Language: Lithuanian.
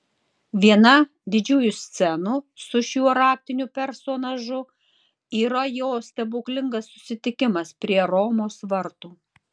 viena didžiųjų scenų su šiuo raktiniu personažu yra jo stebuklingas susitikimas prie romos vartų